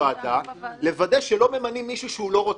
הוועדה לוודא שלא ממנים מישהו שהוא לא רוצה,